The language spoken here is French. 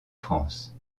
france